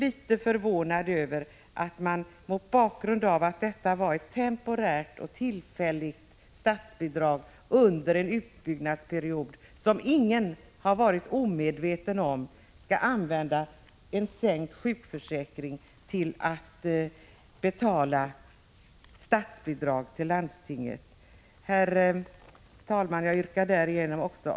Mot bakgrund av att det varit fråga om ett temporärt statsbidrag under en utbyggnadsperiod— det har ju ingen varit omedveten om —är jag, som sagt, litet förvånad över att man vill använda de pengar som man sparar genom en sänkning av kompensationsnivån inom sjukförsäkringen till att betala statsbidrag till landstinget. Herr talman! Jag yrkar avslag på reservation nr 9.